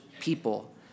people